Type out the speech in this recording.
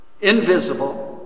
Invisible